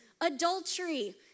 adultery